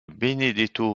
benedetto